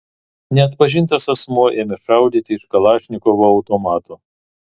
neatpažintas asmuo ėmė šaudyti iš kalašnikovo automato